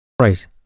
Right